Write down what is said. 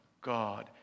God